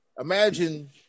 Imagine